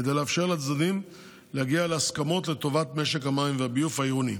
כדי לאפשר לצדדים להגיע להסכמות לטובת משק המים והביוב העירוני,